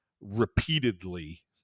repeatedly